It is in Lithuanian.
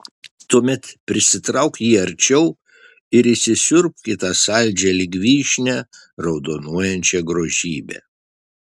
tuomet prisitrauk jį arčiau ir įsisiurbk į tą saldžią lyg vyšnia raudonuojančią grožybę